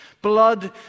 blood